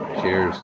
Cheers